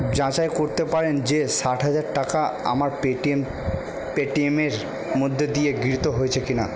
যাচাই করতে পারেন যে ষাট হাজার টাকা আমার পেটিএম পেটিএম এর মধ্যে দিয়ে গৃহীত হয়েছে কি না